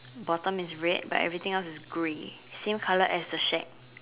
bottom is red but everything else is grey same colour as the shack